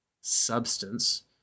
substance